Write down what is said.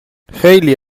خیلی